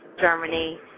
Germany